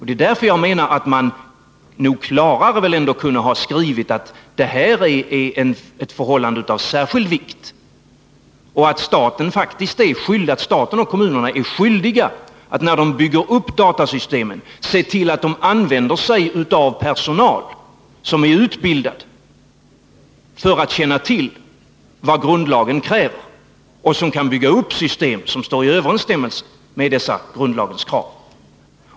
Det är därför som jag menar att man nog klarare kunde ha skrivit att detta är ett förhållande av särskild vikt och att staten och kommunerna är skyldiga att, när de bygger upp datasystem, se till att de använder sig av personal som är utbildad för att känna till vad grundlagen kräver och som kan bygga upp system som står i överensstämmelse med dessa grundlagens krav.